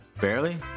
barely